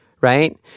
right